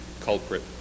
culprit